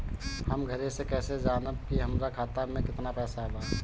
हम घरे से कैसे जानम की हमरा खाता मे केतना पैसा बा?